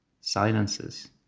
silences